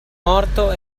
morto